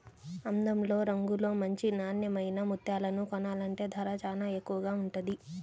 అందంలో, రంగులో మంచి నాన్నెమైన ముత్యాలను కొనాలంటే ధర చానా ఎక్కువగా ఉంటది